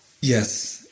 Yes